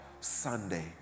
Sunday